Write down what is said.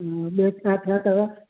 ॿियो छा छा अथव